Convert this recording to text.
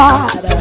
God